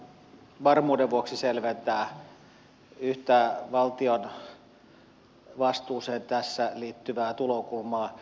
on varmaan hyvä varmuuden vuoksi selventää yhtä valtion vastuuseen tässä liittyvää tulokulmaa